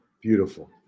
Beautiful